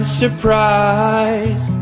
surprise